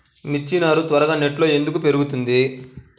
మిర్చి నారు త్వరగా నెట్లో ఎందుకు పెరుగుతుంది?